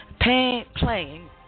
playing